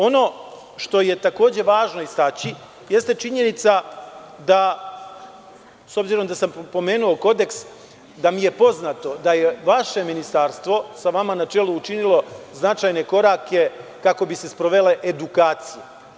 Ono što je takođe važno istaći jeste činjenica da s obzirom da sam pomenuo kodeks, da mi je poznato da je vaše ministarstvo, sa vama na čelu učinilo značajne korake kako bi se sprovele edukacije.